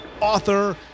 author